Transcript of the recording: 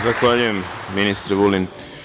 Zahvaljujem ministru Vulinu.